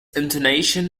intonation